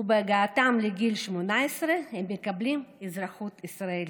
ובהגיעם לגיל 18 הם מקבלים אזרחות ישראלית.